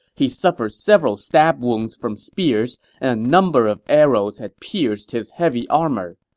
he suffered several stab wounds from spears, and a number of arrows had pierced his heavy armor.